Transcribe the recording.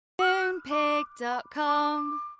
Moonpig.com